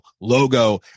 logo